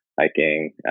Hiking